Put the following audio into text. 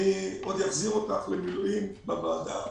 אני עוד אחזיר אותך למילואים בוועדה.